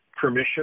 permission